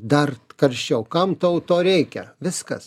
dar karščiau kam tau to reikia viskas